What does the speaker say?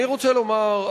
אני רוצה לומר,